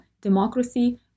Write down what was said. democracy